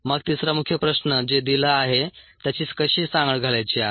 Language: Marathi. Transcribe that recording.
मग तिसरा मुख्य प्रश्न जे दिल आहे त्याची कशी सांगड घालायची आहे